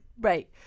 right